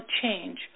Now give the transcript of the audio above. change